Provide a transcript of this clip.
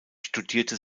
studierte